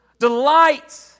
Delight